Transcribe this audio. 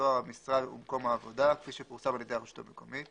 תואר המשרה ומקום העבודה כפי שפורסם על ידי הרשות המקומית,